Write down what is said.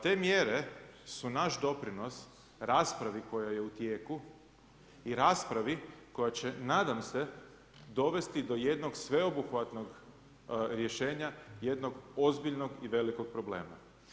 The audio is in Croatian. Te mjere su naš doprinos raspravi koja je u tijeku i raspravi koja će nadam se dovesti do jednog sveobuhvatnog rješenja jednog ozbiljnog i velikog problema.